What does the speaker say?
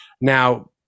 Now